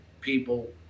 people